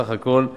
סך הכול: